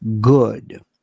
good